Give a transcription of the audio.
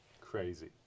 crazy